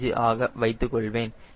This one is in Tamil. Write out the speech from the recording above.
5 ஆக வைத்துக்கொள்வேன்